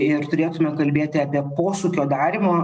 ir turėtume kalbėti apie posūkio darymo